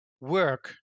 work